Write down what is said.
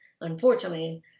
unfortunately